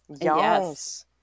Yes